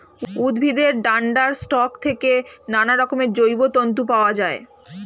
উদ্ভিদের ডান্ডার স্টক থেকে নানারকমের জৈব তন্তু পাওয়া যায়